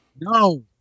No